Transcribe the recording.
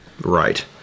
right